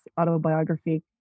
autobiography